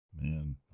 man